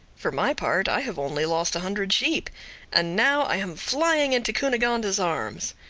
for my part, i have only lost a hundred sheep and now i am flying into cunegonde's arms.